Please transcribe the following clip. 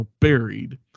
buried